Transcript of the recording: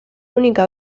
única